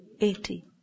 Eighty